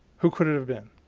who could it have been?